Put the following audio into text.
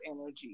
energy